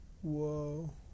Whoa